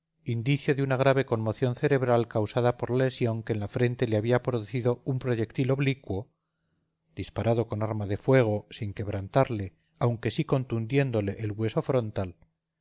indicio de una grave conmoción cerebral causada por la lesión que en la frente le había producido un proyectil oblicuo disparado con arma de fuego sin quebrantarle aunque sí contundiéndole el hueso frontal